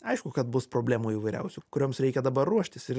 aišku kad bus problemų įvairiausių kurioms reikia dabar ruoštis ir